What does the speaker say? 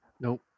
Nope